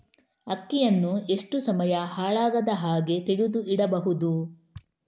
ಅಕ್ಕಿಯನ್ನು ಎಷ್ಟು ಸಮಯ ಹಾಳಾಗದಹಾಗೆ ತೆಗೆದು ಇಡಬಹುದು?